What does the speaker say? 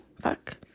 fuck